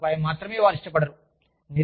సమాచార సదుపాయం మాత్రమే వారు ఇష్టపడరు